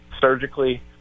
surgically